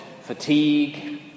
fatigue